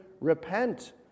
repent